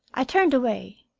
i turned away.